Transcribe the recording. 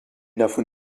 davon